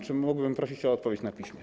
Czy mógłbym prosić o odpowiedź na piśmie?